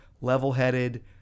level-headed